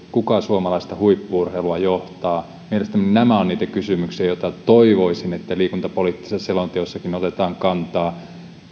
kuka suomalaista huippu urheilua johtaa mielestäni nämä ovat niitä kysymyksiä joihin toivoisin että liikuntapoliittisessa selonteossakin otetaan kantaa